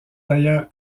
d’ailleurs